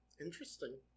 interesting